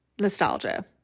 nostalgia